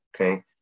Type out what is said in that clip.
okay